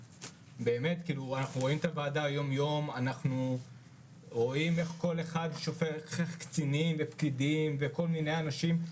אנחנו רואים את הוועדה כל יום ורואים איך קצינים ופקידים שופכים